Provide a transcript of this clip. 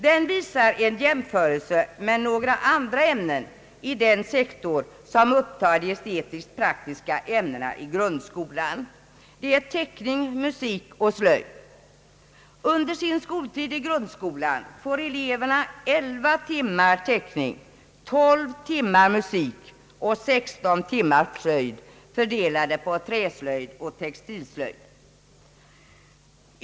Den visar en jämförelse med några andra ämnen i den sektor som upptar de estetisk-praktiska ämnena i grundskolan, teckning, musik och slöjd. Under sin tid på grundskolan får eleverna 11 timmar teckning, 12 timmar musik och 16 timmar slöjd, fördelade på träslöjd och textilslöjd.